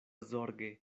zorge